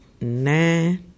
nine